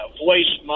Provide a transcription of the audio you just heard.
voice